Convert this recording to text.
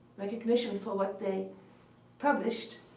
recognition for what they published,